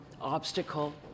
obstacle